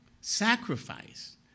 sacrifice